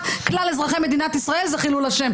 כלל אזרחי מדינת ישראל זה חילול השם.